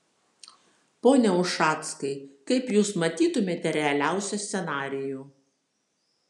pone ušackai kaip jūs matytumėte realiausią scenarijų